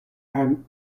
and